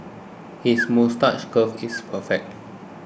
his moustache curl is perfect